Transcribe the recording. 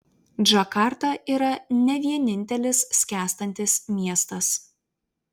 džakarta yra ne vienintelis skęstantis miestas